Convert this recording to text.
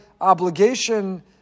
obligation